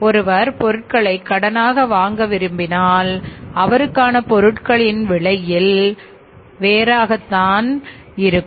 ஒருவர் பொருட்களை கடனாக வாங்க விரும்பினால் அவருக்கான பொருட்களின் விலை வேறாகத்தான் இருக்கும்